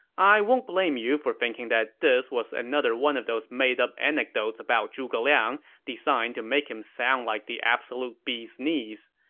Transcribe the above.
i won't blame you for thinking that this was another one of those made-up anecdotes about zhuge liang to make him sound like the absolute bee's knees.